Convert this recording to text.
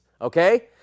okay